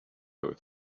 with